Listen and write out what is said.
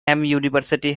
university